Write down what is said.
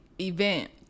event